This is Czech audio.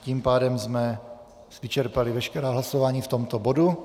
Tím pádem jsme vyčerpali veškerá hlasování k tomuto bodu.